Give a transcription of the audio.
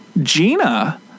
Gina